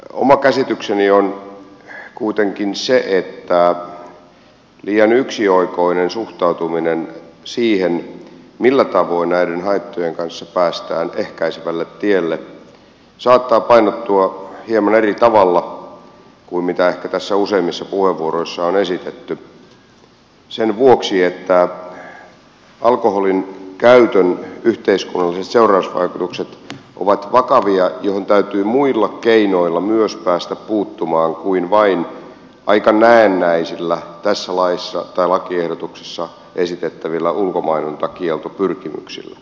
oma käsitykseni on kuitenkin se että liian yksioikoinen suhtautuminen siihen millä tavoin näiden haittojen kanssa päästään ehkäisevälle tielle saattaa painottua hieman eri tavalla kuin mitä ehkä tässä useimmissa puheenvuoroissa on esitetty sen vuoksi että alkoholinkäytön yhteiskunnalliset seurannaisvaikutukset ovat vakavia mihin täytyy muilla keinoilla myös päästä puuttumaan kuin vain aika näennäisillä tässä laissa tai lakiehdotuksessa esitettävillä ulkomainontakieltopyrkimyksillä